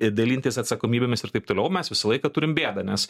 ir dalintis atsakomybėmis ir taip toliau mes visą laiką turim bėdą nes